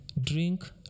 drink